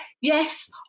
Yes